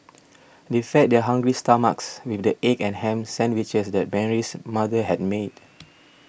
they fed their hungry stomachs with the egg and ham sandwiches that Mary's mother had made